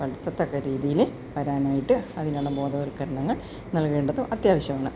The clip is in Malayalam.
നൽകത്തക്ക രീതിയില് വരാനായിട്ട് അതിനൊള്ള ബോധവൽക്കരണങ്ങൾ നല്കേണ്ടത് അത്യാവശ്യമാണ്